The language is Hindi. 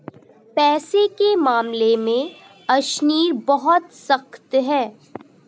पैसे के मामले में अशनीर बहुत सख्त है